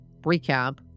recap